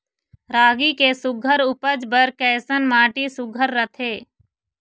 रागी के सुघ्घर उपज बर कैसन माटी सुघ्घर रथे?